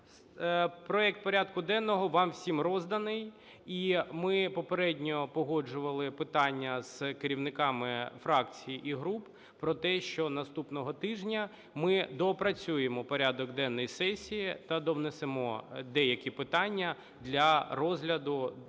Проект порядку денного вам усім розданий, і ми попередньо погоджували питання з керівниками фракцій і груп про те, що наступного тижня ми доопрацюємо порядок денний сесії та довнесемо деякі питання для розгляду на